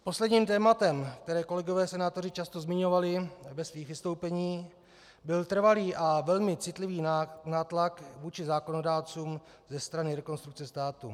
Posledním tématem, které kolegové senátoři často zmiňovali ve svých vystoupeních, byl trvalý a velmi citlivý nátlak vůči zákonodárcům ze strany Rekonstrukce státu.